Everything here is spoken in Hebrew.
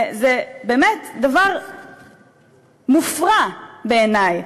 זה באמת דבר מופרע בעיני.